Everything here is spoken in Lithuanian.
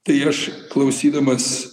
tai aš klausydamas